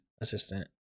assistant